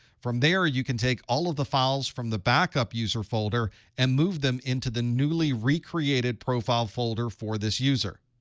from there, you can take all of the files from the backup user folder and move them into the newly recreated profile folder for this user.